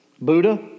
Buddha